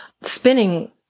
spinning